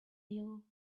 you